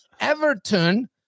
Everton